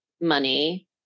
money